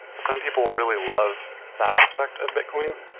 some people really love that aspect of bitcoin,